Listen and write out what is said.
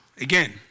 again